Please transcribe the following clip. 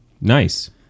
Nice